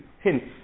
hints